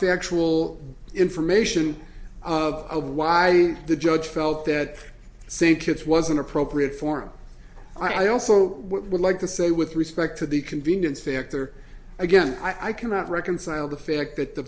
factual information of why the judge felt that same kids wasn't appropriate form i also would like to say with respect to the convenience factor again i cannot reconcile the fact that the